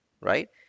Right